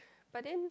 but then